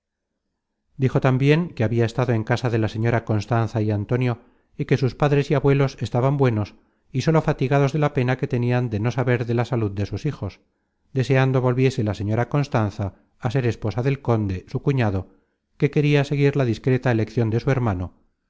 dijo tambien que habia estado en casa de la señora constanza y antonio y que sus padres y abuelos estaban buenos y sólo fatigados de la pena que tenian de no saber de la salud de sus hijos deseando volviese la señora constanza á ser esposa del conde su cuñado que queria seguir la discreta eleccion de su hermano